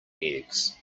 eggs